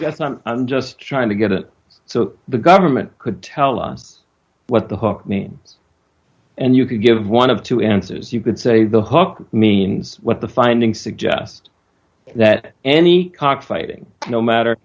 not just trying to get it so the government could tell us what the hook mean and you could give one of two answers you could say the hook means what the findings suggest that any cockfighting no matter